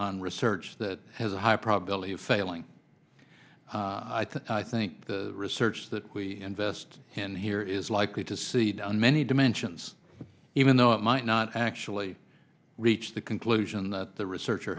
on research that has a high probability of failing i think i think the research that we invest in here is likely to see down many dimensions even though it might not actually reach the conclusion that the research